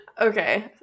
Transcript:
Okay